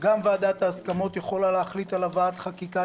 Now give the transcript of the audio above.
גם ועדת ההסכמות יכולה להחליט על הבאת חקיקה,